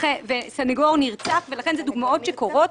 אלו דוגמאות לדברים שקורים,